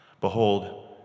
Behold